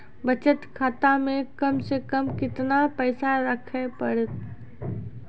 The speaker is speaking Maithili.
बचत खाता मे कम से कम केतना पैसा रखे पड़ी?